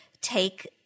take